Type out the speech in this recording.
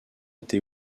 été